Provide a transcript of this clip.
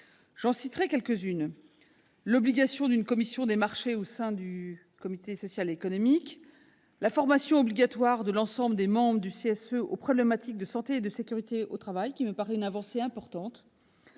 J'en citerai quelques-unes : l'obligation d'une commission des marchés au sein du comité social et économique ; la formation obligatoire de l'ensemble des membres du CSE aux problématiques de santé et de sécurité au travail, qui me paraît être une avancée importante